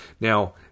Now